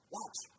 Watch